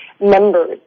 members